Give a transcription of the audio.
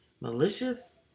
malicious